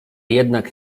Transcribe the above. jednak